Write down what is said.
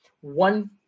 One